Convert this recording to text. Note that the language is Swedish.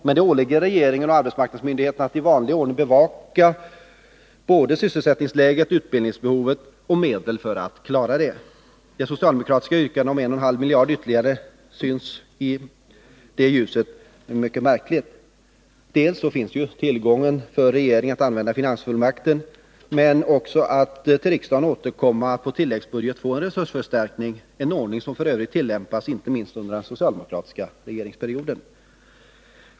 Men det åligger regeringen och arbetsmarknadsmyndigheterna att i vanlig ordning bevaka både sysselsättningsläget och utbildningsbehovet och ge medel för att klara detta. Det socialdemokratiska yrkandet om 1,5 miljarder ytterligare synes i det ljuset mycket märkligt. Regeringen kan ju använda finansfullmakten, men den kan också återkomma till riksdagen och på tilläggsbudget få en resursförstärkning — en ordning som f. ö. tillämpades inte minst under den socialdemokratiska regeringsperioden.